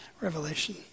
Revelation